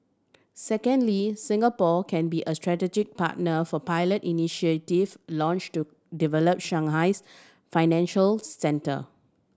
secondly Singapore can be a strategic partner for pilot initiative launched to develop Shanghai's financial centre